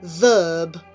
Verb